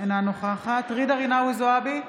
אינה נוכחת ג'ידא רינאוי זועבי,